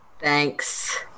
Thanks